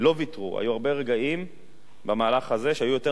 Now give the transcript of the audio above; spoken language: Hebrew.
היו הרבה רגעים במהלך הזה שהיו יותר מייאשים